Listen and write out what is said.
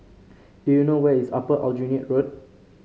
do you know where is Upper Aljunied Road